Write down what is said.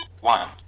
One